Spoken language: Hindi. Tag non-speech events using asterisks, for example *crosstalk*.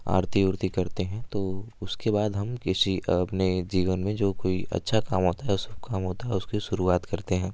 आरती उरती करते हैं तो उसके बाद हम किसी अपने जीवन में जो कोई अच्छा काम होता है *unintelligible* काम होता है उसकी शुरुआत करते हैं